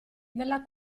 nella